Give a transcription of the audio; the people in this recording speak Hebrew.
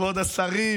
כבוד השרים,